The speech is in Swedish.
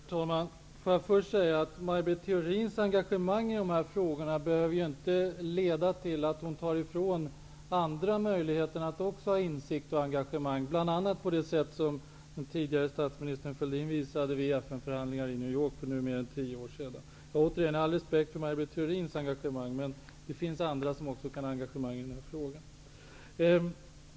Herr talman! Får jag först säga att Maj Britt Theorins engagemang i dessa frågor inte behöver leda till att hon tar ifrån andra möjligheten att också ha insikt och engagemang, bl.a. på det sätt som den tidigare statsministern Thorbjörn Fälldin visade vid FN-förhandlingarna i New York för mer än tio år sedan. Jag har all respekt för Maj Britt Theorins engagemang, men det finns även andra som kan ha engagemang i denna fråga.